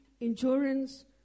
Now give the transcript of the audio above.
endurance